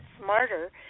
Smarter